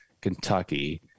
Kentucky